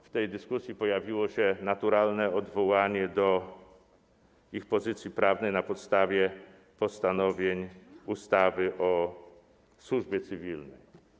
W tej dyskusji pojawiło się naturalne odwołanie do ich pozycji prawnej na podstawie postanowień ustawy o służbie cywilnej.